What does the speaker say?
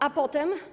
A potem?